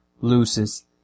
loses